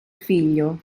figlio